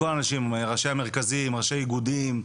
מכל האנשים, ראשי המרכזים, ראשי האיגודים,